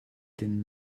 den